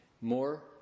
More